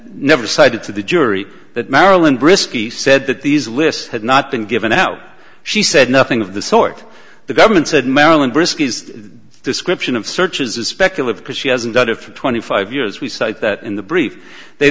never cited to the jury that marilyn brisky said that these lists had not been given out she said nothing of the sort the government said marilyn briskest description of searches is speculative because she hasn't done it for twenty five years we cite that in the brief they